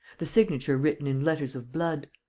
the signature written in letters of blood.